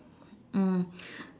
mm